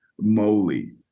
moly